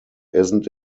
isn’t